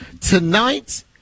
Tonight